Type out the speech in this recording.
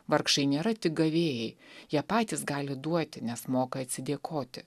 vargšai nėra tik gavėjai jie patys gali duoti nes moka atsidėkoti